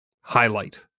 highlight